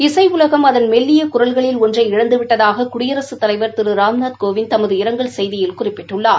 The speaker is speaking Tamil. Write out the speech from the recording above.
இசை உலகம் அதன் மெல்லிய குரல்களில் ஒன்றை இழந்து விட்டதாக குடியரசுத் தலைவா திரு ராம்நாத்கோவிந்த் தமது இரங்கல் செய்தியில் குறிப்பிட்டுள்ளார்